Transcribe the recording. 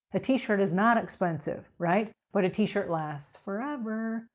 a t-shirt is not expensive, right? but a t-shirt lasts forever.